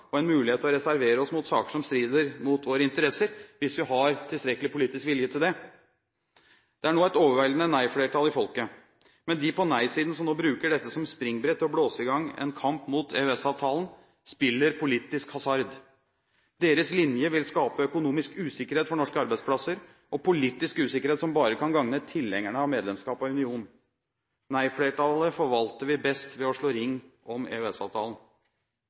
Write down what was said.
og en mulighet til å reservere oss mot saker som strider mot våre interesser, hvis vi har tilstrekkelig politisk vilje til det. Det er nå et overveldende nei-flertall i folket. Men de på nei-siden som nå bruker dette som springbrett til å blåse i gang en kamp mot EØS-avtalen, spiller politisk hasard. Deres linje vil skape økonomisk usikkerhet for norske arbeidsplasser – og politisk usikkerhet kan bare gagne tilhengerne av medlemskap i unionen. Nei-flertallet forvalter vi best ved å slå ring om